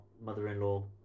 mother-in-law